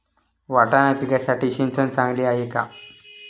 वाटाणा पिकासाठी सिंचन चांगले आहे का?